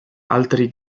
altri